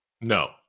No